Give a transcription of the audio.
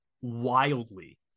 wildly